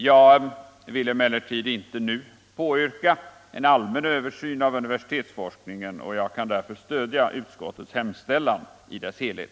Jag vill emellertid inte nu påyrka en allmän översyn av universitetsforskningen, och jag kan därför stödja utskottets hemställan i dess helhet.